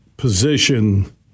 position